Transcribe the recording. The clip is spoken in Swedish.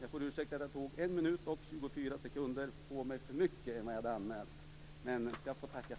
Ursäkta att jag tog en minut och 24 sekunder mer i tid på mig än jag hade anmält.